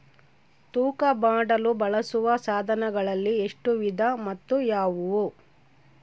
ತೂಕ ಮಾಡಲು ಬಳಸುವ ಸಾಧನಗಳಲ್ಲಿ ಎಷ್ಟು ವಿಧ ಮತ್ತು ಯಾವುವು?